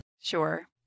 Sure